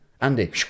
Andy